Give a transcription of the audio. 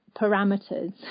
parameters